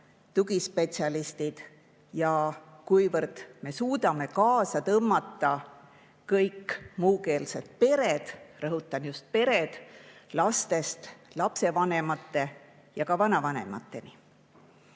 tugispetsialistid ning kuivõrd me suudame kaasa tõmmata kõik muukeelsed pered – rõhutan just, et pered – lastest lapsevanemate ja vanavanemateni?